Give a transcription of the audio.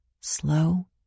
slow